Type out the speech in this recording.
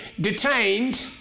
detained